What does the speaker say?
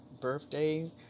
birthday